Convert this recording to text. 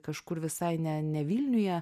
kažkur visai ne ne vilniuje